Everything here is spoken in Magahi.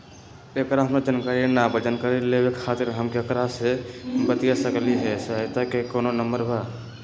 एकर हमरा जानकारी न बा जानकारी लेवे के खातिर हम केकरा से बातिया सकली ह सहायता के कोनो नंबर बा?